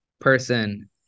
person